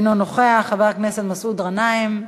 אינו נוכח, חבר הכנסת מסעוד גנאים,